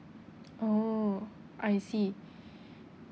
oh I see